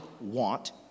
want